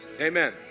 amen